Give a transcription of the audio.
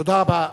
תודה רבה.